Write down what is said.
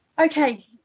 Okay